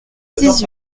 dix